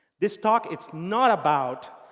this talk, it's not about